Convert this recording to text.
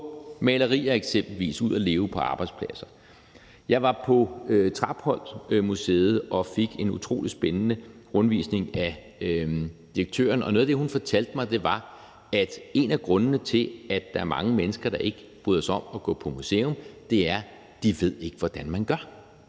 få malerier ud at leve på arbejdspladser. Jeg var på Trapholtmuseet og fik en utrolig spændende rundvisning af direktøren, og noget af det, hun fortalte mig, var, at en af grundene til, at der er mange mennesker, der ikke bryder sig om at gå på museum, er, at de ikke ved, hvordan man gør.